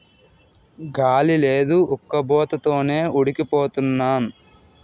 గాలి లేదు ఉక్కబోత తోనే ఉడికి పోతన్నాం